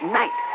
night